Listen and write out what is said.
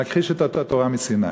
להכחיש את התורה מסיני.